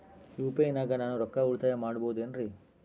UPI ನಾಗ ನಾನು ರೊಕ್ಕ ಉಳಿತಾಯ ಮಾಡಬಹುದೇನ್ರಿ?